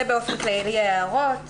אלה ההערות